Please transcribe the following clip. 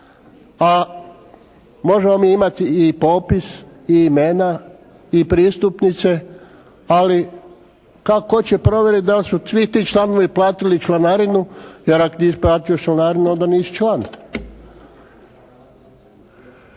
A možemo mi imati i popis i imena i pristupnice ali tko će provjeriti da li su svi ti članovi platili članarinu? Jer ako nisi platio članarinu, onda nisi član.